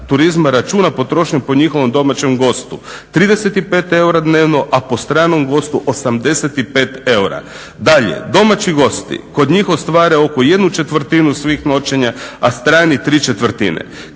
turizma računa potrošnju po njihovom domaćem gostu. 35 eura dnevno a po stranom gostu 85 eura. Dalje domaći gosti kod njih ostvare oko jednu četvrtinu svih noćenja a strani tri četvrtine.